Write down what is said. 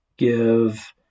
give